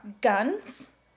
Guns